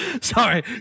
Sorry